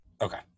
Okay